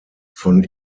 von